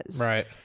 right